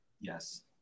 Yes